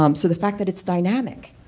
um so, the fact that it's dynamic,